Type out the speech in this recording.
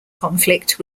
conflict